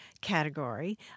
category